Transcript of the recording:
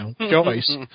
choice